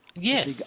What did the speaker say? Yes